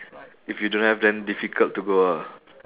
if you don't have then difficult to go ah